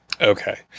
Okay